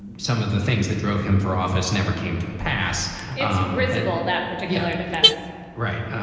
some of the things that drove him for office never came to pass resemble that particular defense right.